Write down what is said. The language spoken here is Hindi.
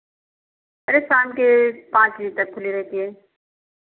अरे शाम के पाँच बजे तक खुली रहती है